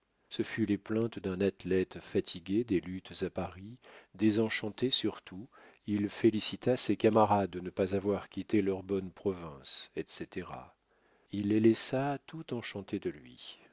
ce fut les plaintes d'un athlète fatigué des luttes à paris désenchanté surtout il félicita ses camarades de ne pas avoir quitté leur bonne province etc il les laissa tout enchantés de lui